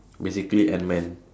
basically Ant Man